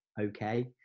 okay